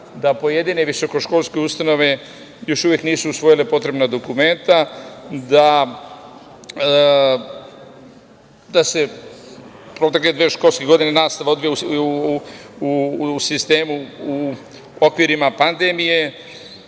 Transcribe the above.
da pojedine visokoškolske ustanove još uvek nisu usvojila potrebna dokumenta, da se protekle dve školske godine nastava odvija u sistemu u okvirima pandemije,